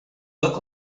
look